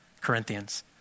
Corinthians